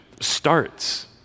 starts